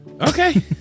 Okay